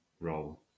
role